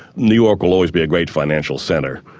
new york will always be a great financial centre,